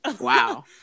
Wow